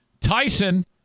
Tyson